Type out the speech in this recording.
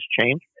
change